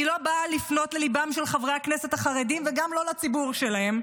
אני לא באה לפנות לליבם של חברי הכנסת החרדים וגם לא לציבור שלהם.